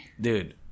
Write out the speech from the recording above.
dude